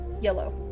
Yellow